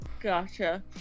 gotcha